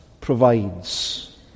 provides